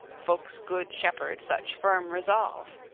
folk's good shepherd, such firm resolve.